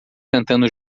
cantando